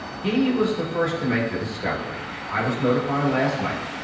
he was the first to make the discovery. i was notified last night.